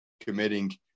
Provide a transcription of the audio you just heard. committing